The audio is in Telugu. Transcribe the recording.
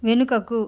వెనుకకు